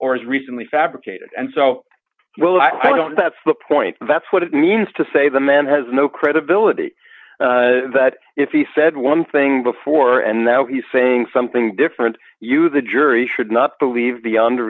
or as recently fabricated and so well i don't that's the point that's what it means to say the man has no credibility that if he said one thing before and now he's saying something different you the jury should not believe